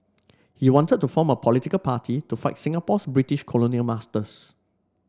he wanted to form a political party to fight Singapore's British colonial masters